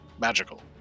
magical